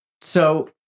So-